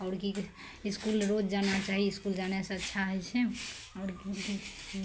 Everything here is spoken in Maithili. आओर कि कहय इसकुल रोज जाना चाही इसकुल जाने से अच्छा होइ छै आओर कि